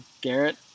Garrett